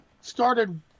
started